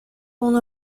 اونو